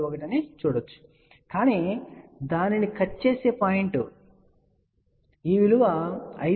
71 అని చూడవచ్చు కాని దానిని కట్ చేసే పాయింట్ ఈ విలువ 5